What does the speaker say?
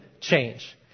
change